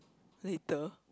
later